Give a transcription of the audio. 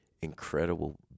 incredible